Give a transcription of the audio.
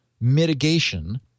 mitigation